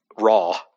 Raw